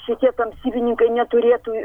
šitie tamsybininkai neturėtų